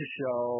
show